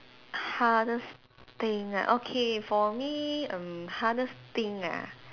hardest thing ah okay for me um hardest thing ah